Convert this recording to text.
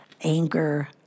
anger